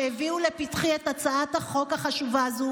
שהביאו לפתחי את הצעת החוק החשובה הזו